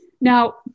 Now